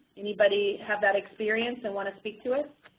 anybody have that experience and want to speak to it?